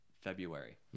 February